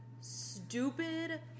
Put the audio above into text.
stupid